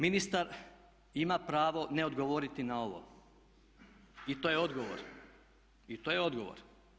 Ministar ima pravo ne odgovoriti na ovo i to je odgovor i to je odgovor.